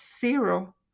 zero